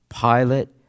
Pilate